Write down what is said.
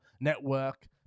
network